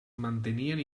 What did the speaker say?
mantenien